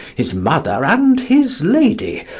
his mother, and his lady,